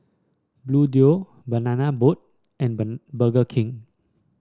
Bluedio Banana Boat and Burger King